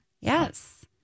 Yes